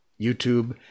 YouTube